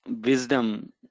wisdom